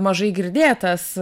mažai girdėtas